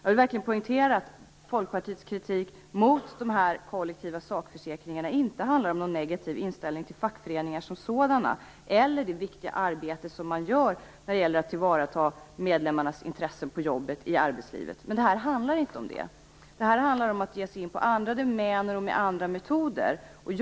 Jag vill verkligen poängtera att Folkpartiets kritik mot de kollektiva sakförsäkringarna inte handlar om någon negativ inställning till fackföreningarna som sådana eller till det viktiga arbete som man gör när det gäller att tillvarata medlemmarnas intresse på jobbet i arbetslivet. Men det här handlar inte om det. Det här handlar om att ge sig in på andra domäner, med andra metoder.